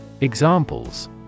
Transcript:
Examples